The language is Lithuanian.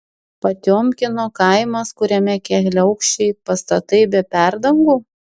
potiomkino kaimas kuriame keliaaukščiai pastatai be perdangų